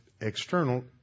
external